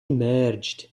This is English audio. emerged